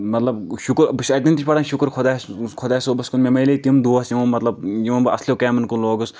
مطلب شُکر بہٕ چھُس اتہِ نن تہِ پڑن شُکر خۄدایس خۄدا صٲبس کُن مےٚ مِلے تِم دوس یِمو مطلب یِمو بہٕ اصلین کامٮ۪ن کُن لوگُس